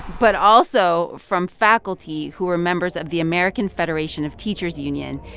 but also from faculty who were members of the american federation of teachers union,